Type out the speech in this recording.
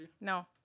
no